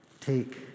Take